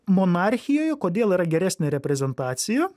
monarchijoj kodėl yra geresnė reprezentacija